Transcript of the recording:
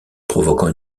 provoquant